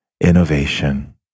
innovation